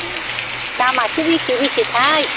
दामासो बेसे बेसेथाइ